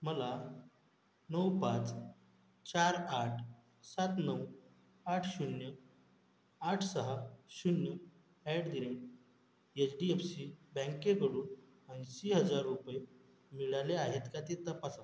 मला नऊ पाच चार आठ सात नऊ आठ शून्य आठ सहा शून्य at the rate H D F C बॅंकेकडून ऐंशी हजार रुपये मिळाले आहेत का ते तपासा